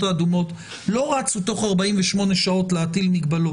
לא רצו תוך 48 שעות להטיל מגבלות.